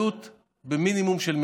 להתנהלות במינימום של מגבלות.